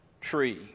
tree